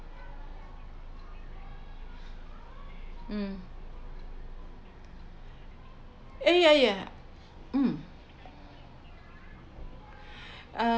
um uh ya ya um uh